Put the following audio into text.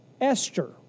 Esther